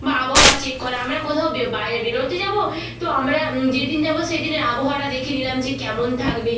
বা আবহাওয়া চেক করা আমরা কোথাও বাইরে বেরোতে যাব তো আমরা যেই দিন যাব সেই দিনের আবহাওয়াটা দেখে নিলাম যে কেমন থাকবে